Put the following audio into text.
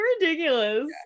ridiculous